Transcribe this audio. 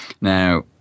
now